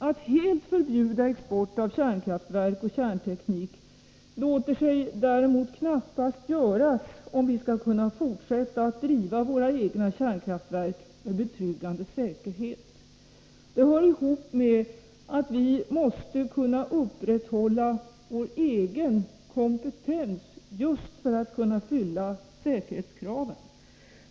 Att helt förbjuda export av kärnkraftverk och kärnteknik låter sig däremot knappast göras om vi skall kunna fortsätta driva våra egna kärnkraftverk med betryggande säkerhet. Det hör ihop med att vi måste kunna upprätthålla vår egen kompetens just för att kunna fylla säkerhetskraven.